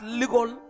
legal